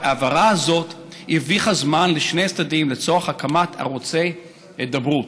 ההבהרה הזאת הרוויחה זמן לשני הצדדים לצורך הקמת ערוצי הידברות.